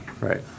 right